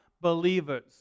Believers